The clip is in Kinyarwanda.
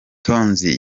tonzi